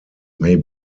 may